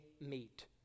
meet